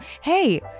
hey